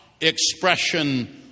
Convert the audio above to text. expression